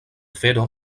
fero